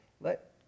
Let